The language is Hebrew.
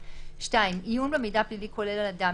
(2) עיון במידע פלילי כולל על אדם,